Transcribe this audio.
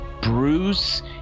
Bruce